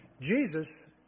Jesus